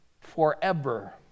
forever